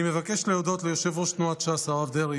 אני מבקש להודות ליושב-ראש תנועת ש"ס הרב דרעי,